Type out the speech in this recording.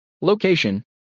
Location